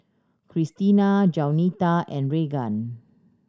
Christena Jaunita and Regan